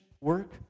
work